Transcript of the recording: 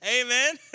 Amen